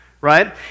right